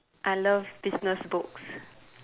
I love business books